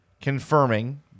confirming